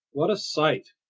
what a sight!